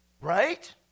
Right